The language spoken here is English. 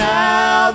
now